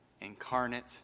incarnate